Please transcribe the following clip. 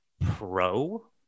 pro